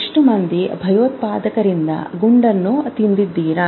ಎಷ್ಟು ಮಂದಿ ಭಯೋತ್ಪಾದಕರಿಂದ ಗುಂಡು ತಿಂದಿದೀರ